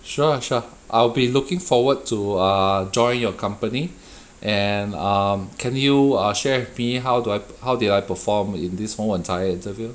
sure sure I'll be looking forward to err join your company and um can you uh share with me how do i~ how did I performed in this whole entire interview